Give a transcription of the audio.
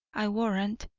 i warrant.